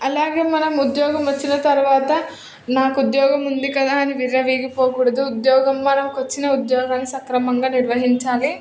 అలాగే మన ఉద్యోగం వచ్చిన తర్వాత నాకు ఉద్యోగం ఉంది కదా అని విర్రవీగి పోకూడదు ఉద్యోగం మనకు వచ్చిన ఉద్యోగాన్ని సక్రమంగా నిర్వహించాలి